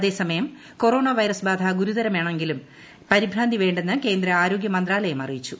അതേസമയം corona virus ബാധ ഗുരുതരമാണെങ്കിലും പരിഭ്രാന്തി വേണ്ടെന്ന് കേന്ദ്ര ആരോഗ്യ മന്ത്രാലയം അറിയിച്ചു